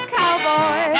cowboy